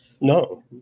No